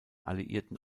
alliierten